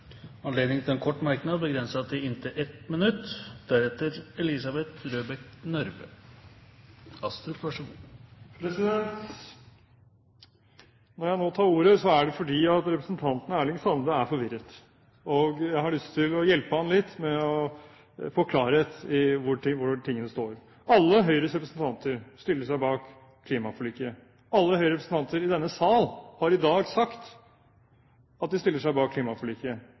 anledning til en kort merknad, begrenset til 1 minutt. Når jeg nå tar ordet, er det fordi representanten Erling Sande er forvirret, og jeg har lyst til å hjelpe ham litt med å få klarhet i hvor tingene står. Alle Høyres representanter stiller seg bak klimaforliket, alle representanter i denne sal har i dag sagt at de stiller seg bak klimaforliket,